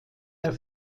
der